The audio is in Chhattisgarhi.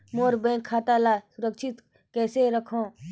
मोर बैंक खाता ला सुरक्षित कइसे रखव?